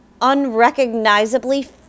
unrecognizably